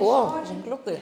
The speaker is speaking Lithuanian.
o ženkliukai